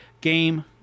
game